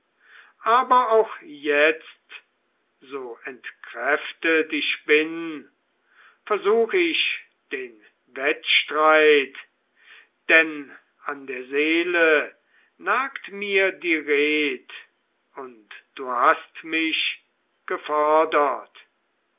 aber auch jetzt so entkräftet ich bin versuch ich den wettstreit denn an der seele nagt mir die red und du hast mich